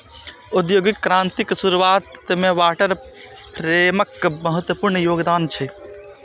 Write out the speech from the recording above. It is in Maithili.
औद्योगिक क्रांतिक शुरुआत मे वाटर फ्रेमक महत्वपूर्ण योगदान छै